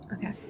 Okay